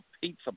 pizza